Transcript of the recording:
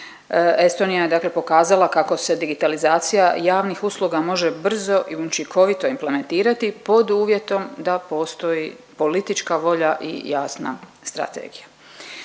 Estonija je dakle pokazala kako se digitalizacija javnih usluga može brzo i učinkovito implementirati pod uvjetom da postoji politička volja i jasna strategija.